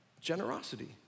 generosity